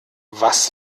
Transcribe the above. was